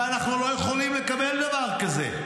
ואנחנו לא יכולים לקבל דבר כזה.